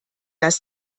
lass